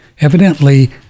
Evidently